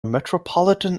metropolitan